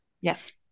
Yes